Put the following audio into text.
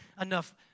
enough